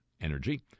energy